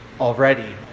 already